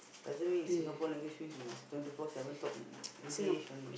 does it mean in Singapore English means you must twenty four seven talk in English only